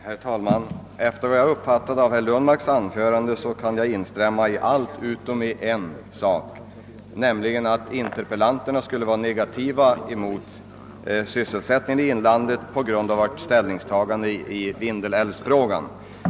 Herr talman! Efter vad jag uppfattade av herr Lundmarks anförande kan jag instämma i allt utom på en punkt, nämligen hans påstående att vi interpellanter skulle vara negativt inställda till skapande av sysselsättningstillfällen i inlandet på grund av vårt ställningstagande i vindelälvsfrågan.